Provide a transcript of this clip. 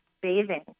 bathing